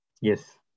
Yes